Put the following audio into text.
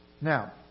Now